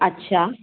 अच्छा